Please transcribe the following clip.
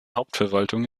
hauptverwaltung